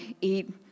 eat